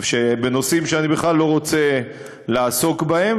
בנושאים שאני בכלל לא רוצה לעסוק בהם,